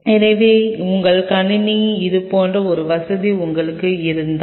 எனவே உங்கள் கணினியில் இது போன்ற ஒரு வசதி உங்களுக்கு இருந்தால்